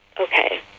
okay